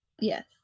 Yes